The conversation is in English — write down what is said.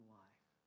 life